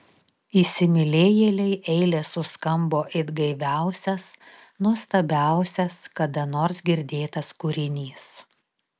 įsimylėjėlei eilės suskambo it gaiviausias nuostabiausias kada nors girdėtas kūrinys